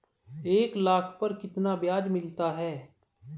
एक लाख पर कितना ब्याज मिलता है?